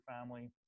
family